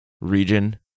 region